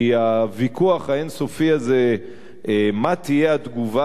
כי הוויכוח האין-סופי הזה מה תהיה התגובה של